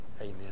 Amen